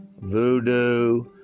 Voodoo